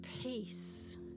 peace